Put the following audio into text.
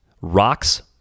Rocks